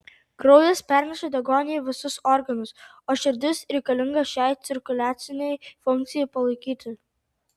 kraujas perneša deguonį į visus organus o širdis reikalinga šiai cirkuliacinei funkcijai palaikyti